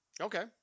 Okay